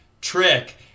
trick